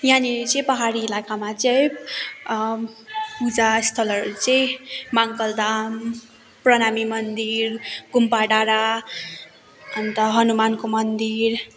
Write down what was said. यहाँनिर चाहिँ पाहाडी इलाकामा चाहिँ पूजा स्थलहरू चाहिँ महाकाल धाम प्रणामी मन्दिर गुम्बा डाँडा अन्त हनुमानको मन्दिर